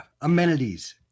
amenities